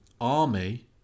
army